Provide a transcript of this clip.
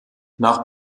nach